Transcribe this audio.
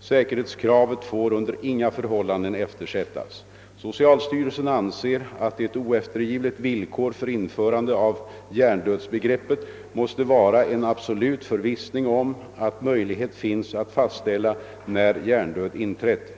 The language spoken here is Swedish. Säkerhetskravet får under inga förhållanden eftersättas. Socialstyrelsen anser att ett oeftergivligt villkor för införande av hjärndödsbegreppet måste vara en absolut förvissning om att möjlighet finns att fastställa när hjärndöd inträtt.